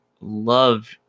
love